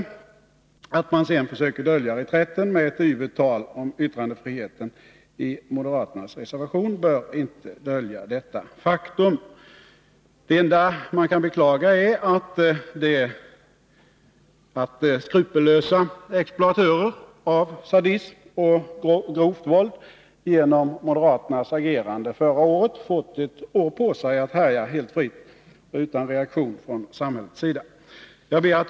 Att moderaterna sedan i sin reservation försöker dölja reträtten med yvigt tal om yttrandefriheten bör inte dölja detta faktum. Det enda man kan beklaga är att skrupellösa exploatörer av sadism och grovt våld genom moderaternas agerande förra våren fått ett år på sig att härja helt fritt och utan reaktion från samhällets sida. Fru talman!